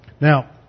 Now